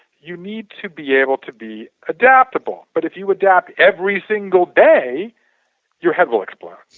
you need to be able to be adaptable. but if you adapt every single day your head will explode.